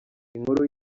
inkuru